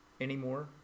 anymore